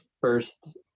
first